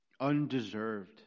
Undeserved